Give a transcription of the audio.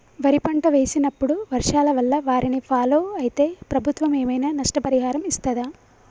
వరి పంట వేసినప్పుడు వర్షాల వల్ల వారిని ఫాలో అయితే ప్రభుత్వం ఏమైనా నష్టపరిహారం ఇస్తదా?